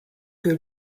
que